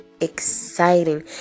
exciting